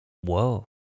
Whoa